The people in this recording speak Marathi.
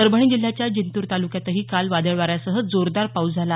परभणी जिल्ह्याच्या जिंतूर तालुक्यातही काल वादळ वाऱ्यासह जोरदार पाऊस झाला